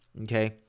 okay